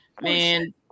man